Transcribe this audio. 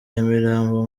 nyamirambo